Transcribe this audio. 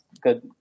good